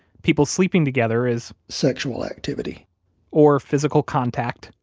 people sleeping together is sexual activity or physical contact,